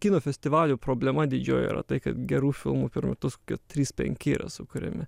kino festivalių problema didžioji yra tai kad gerų filmų per metus kokie trys penki yra sukuriami